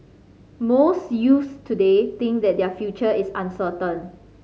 most youths today think that their future is uncertain